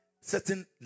certain